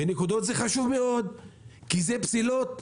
ונקודות זה חשוב מאוד כי זה פסילות.